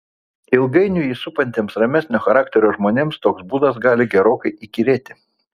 ilgainiui jį supantiems ramesnio charakterio žmonėms toks būdas gali gerokai įkyrėti